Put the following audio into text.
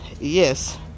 Yes